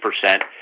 percent